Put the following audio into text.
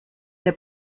der